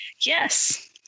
Yes